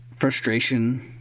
Frustration